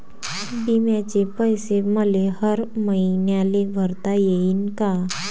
बिम्याचे पैसे मले हर मईन्याले भरता येईन का?